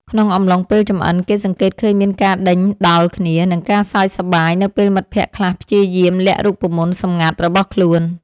ក្នុងអំឡុងពេលចម្អិន គេសង្កេតឃើញមានការដេញដោលគ្នា និងការសើចសប្បាយនៅពេលមិត្តភក្តិខ្លះព្យាយាមលាក់រូបមន្តសម្ងាត់របស់ខ្លួន។